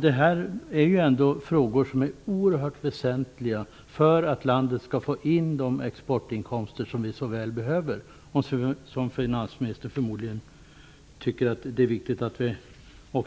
Dessa frågor är oerhört väsentliga för att landet skall få in de exportinkomster som vi så väl behöver och som förmodligen också finansministern tycker att det är viktigt att vi har.